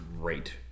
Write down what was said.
great